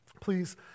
please